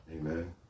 Amen